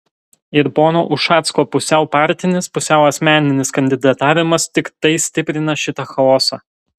ir pono ušacko pusiau partinis pusiau asmeninis kandidatavimas tiktai stiprina šitą chaosą